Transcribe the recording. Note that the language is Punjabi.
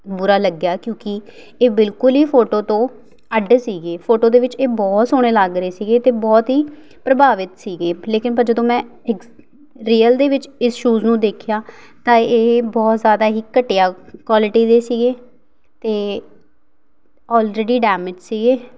ਬੁਰਾ ਲੱਗਿਆ ਕਿਉਂਕਿ ਇਹ ਬਿਲਕੁਲ ਹੀ ਫੋਟੋ ਤੋਂ ਅੱਡ ਸੀਗੇ ਫੋਟੋ ਦੇ ਵਿੱਚ ਇਹ ਬਹੁਤ ਸੋਹਣੇ ਲੱਗ ਰਹੇ ਸੀਗੇ ਅਤੇ ਬਹੁਤ ਹੀ ਪ੍ਰਭਾਵਿਤ ਸੀਗੇ ਲੇਕਿਨ ਪਰ ਜਦੋਂ ਮੈਂ ਰੀਅਲ ਦੇ ਵਿੱਚ ਇਸ ਸ਼ੂਜ਼ ਨੂੰ ਦੇਖਿਆ ਤਾਂ ਇਹ ਬਹੁਤ ਜ਼ਿਆਦਾ ਹੀ ਘਟੀਆ ਕੁਆਲਿਟੀ ਦੇ ਸੀਗੇ ਅਤੇ ਆਲਰੇਡੀ ਡੈਂਮੇਜ ਸੀਗੇ